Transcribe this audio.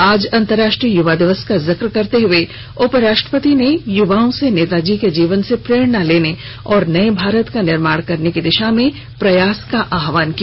आज अंतर्राष्ट्रीय युवा दिवस का जिक्र करते हुए उपराष्ट्रपति ने युवाओं से नेताजी के जीवन से प्रेरणा लेने और नये भारत का निर्माण करने की दिशा में प्रयास करने का आहवान किया